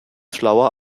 schlauer